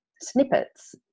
snippets